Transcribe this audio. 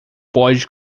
pode